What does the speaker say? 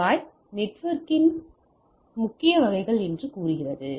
இவை நெட்வொர்க்கின் முக்கிய வகைகள் என்று கூறுகிறது